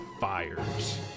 fires